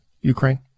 Ukraine